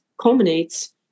culminates